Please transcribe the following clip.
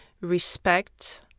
respect